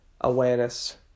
awareness